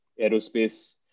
aerospace